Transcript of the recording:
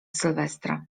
sylwestra